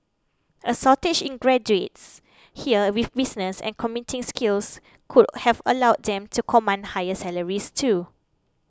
a shortage in graduates here with business and computing skills could have allowed them to command higher salaries too